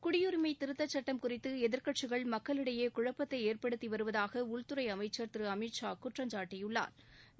குடியுரிமை திருத்த சட்டம் குறித்து எதிர்கட்சிகள் மக்களிடையே குழப்பத்தை ஏற்படுத்தி வருவதாக உள்துறை அமைச்சா் திரு அமித்ஷா குற்றம் சாட்டியுள்ளாா்